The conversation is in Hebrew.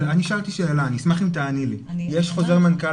שאלתי שאלה, אני אשמח אם תעני לי, יש חוזר מנכ"ל